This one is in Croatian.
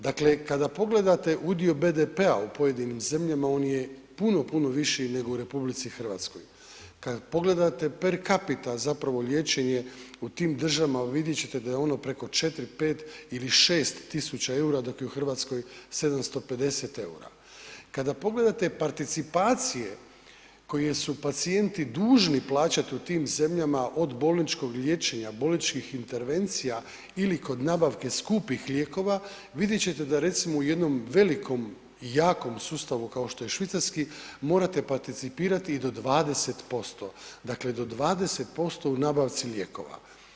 Dakle kada pogledate udio BDP-a u pojedinim zemljama, on je puno, puno viši nego u RH, kada pogledate per capita zapravo liječenje u tim državama vidjet ćete da je ono preko 4, 5 ili 6000 eura, dakle u Hrvatskoj 750 eura, kada pogledate participacije koje su pacijenti dužni plaćati u tim zemljama od bolničkog liječenja, bolničkih intervencija ili kod nabavke skupih lijekova, vidjet ćete da recimo u jednom velikom i jakom sustavu kao što je švicarski morate participirati i do 20%, dakle do 20% u nabavci lijekova.